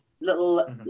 little